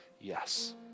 yes